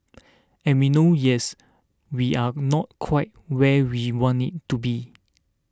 and we know yes we are not quite where we want it to be